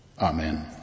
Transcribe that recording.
amen